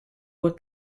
were